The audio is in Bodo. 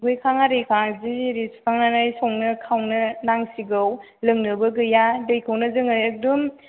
दुगैखां आरिखां जि आरि सुखांनानै संनो खावनो नांसिगौ लोंनोबो गैया दैखौनो जोङो एकदम